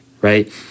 right